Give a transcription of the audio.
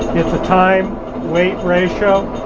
it's a time weight ratio.